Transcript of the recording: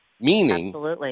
Meaning